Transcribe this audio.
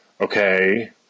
okay